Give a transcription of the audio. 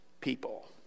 people